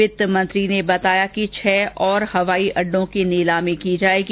वित्त मंत्री ने बताया कि छह और हवाई अड्डों की नीलामी की जाएगी